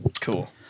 cool